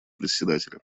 председателя